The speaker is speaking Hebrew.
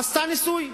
עשתה ניסוי.